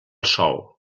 sòl